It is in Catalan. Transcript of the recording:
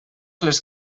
les